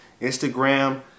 Instagram